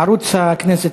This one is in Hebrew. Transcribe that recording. ערוץ הכנסת,